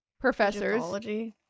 professors